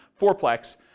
fourplex